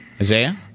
Isaiah